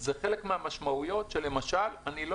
זה חלק מהמשמעויות של זה שאני למשל לא